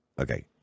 Okay